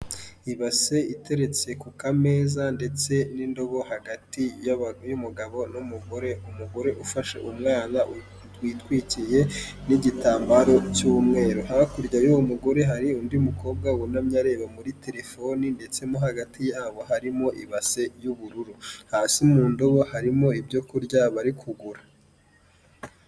Ibase iteretse ku kameza ndetse n'indobo hagati y'umugabo n'umugore, umugore ufashe umwana witwikiriye n'igitambaro cy'umweru, hakurya y'uwo mugore hari undi mukobwa wunamye areba muri telefoni, ndetse no hagati yabo harimo ibase y'ubururu hasi mu ndobo harimo ibyo kurya bari kugura.